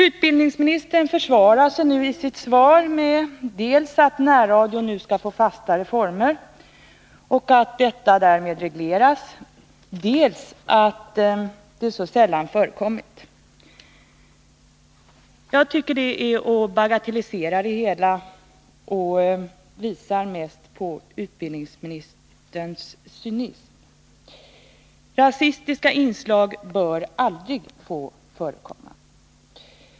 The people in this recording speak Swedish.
Utbildningsministern försvarar sig i sitt svar dels med att närradioverksamheten nu skall få fastare former och att detta därmed regleras, dels med att sådana inslag så sällan förekommit. Jag tycker att det är att bagatellisera det hela — det visar mest på utbildningsministerns cynism. Rasistiska inslag bör aldrig få förekomma!